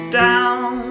down